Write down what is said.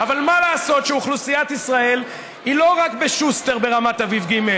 אבל מה לעשות שאוכלוסיית ישראל היא לא רק בשוסטר ברמת אביב ג'?